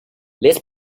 this